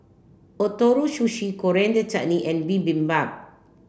Ootoro Sushi Coriander Chutney and Bibimbap